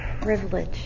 privilege